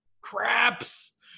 craps